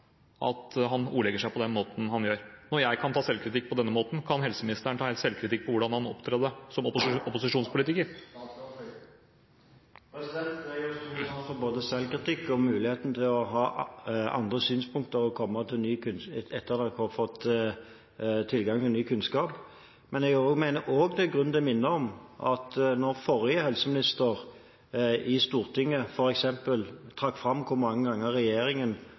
at han ordlegger seg på den måten han gjør. Når jeg kan ta selvkritikk på denne måten, kan helseministeren ta selvkritikk på hvordan han opptrådte som opposisjonspolitiker? Jeg har stor sans både for selvkritikk og muligheten til å ha andre synspunkter etter å ha fått tilgang til ny kunnskap. Men jeg mener også det er grunn til å minne om at da forrige helseminister i Stortinget f.eks. trakk fram hvor mange ganger regjeringen